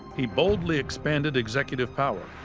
he boldly expanded executive power,